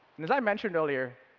and as i mentioned earlier,